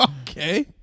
Okay